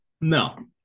No